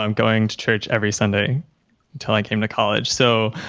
um going to church every sunday until i came to college. so